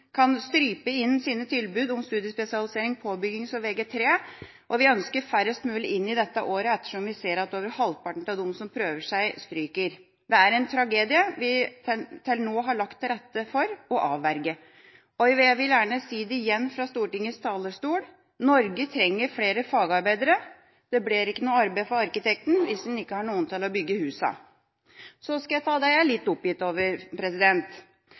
kan strupe sine tilbud om studiespesialisering for påbygging som Vg3-tilbud, og vi ønsker færrest mulig inn i det skoleåret, ettersom vi ser at over halvparten av dem som prøver seg, stryker. Det er en tragedie som vi nå har lagt til rette for å avverge. Jeg vil gjerne si det igjen fra Stortingets talerstol: Norge trenger flere fagarbeidere. Det blir ikke noe arbeid for arkitekten, hvis han ikke har noen til å bygge husene. Så til det jeg er litt oppgitt over: